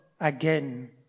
again